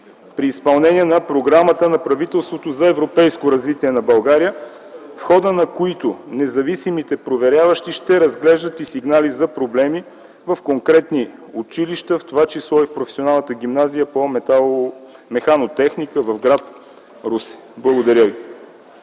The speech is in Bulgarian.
при изпълнение на програмата на правителството за европейско развитие на България, в хода на които независимите проверяващи ще разглеждат и сигнали за проблеми в конкретни училища, в това число и Професионалната гимназия по механотехника в гр. Русе. Благодаря ви.